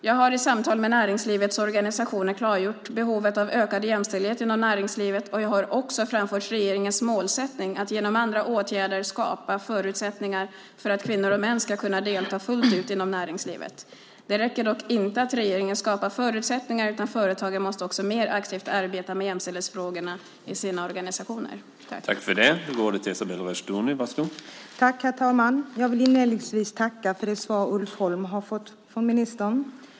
Jag har i samtal med näringslivets organisationer klargjort behovet av ökad jämställdhet inom näringslivet, och jag har också framfört regeringens målsättning att genom andra åtgärder skapa förutsättningar för att kvinnor och män ska kunna delta fullt ut inom näringslivet. Det räcker dock inte att regeringen skapar förutsättningar, utan företagen måste också mer aktivt arbeta med jämställdhetsfrågorna i sina organisationer.